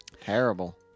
Terrible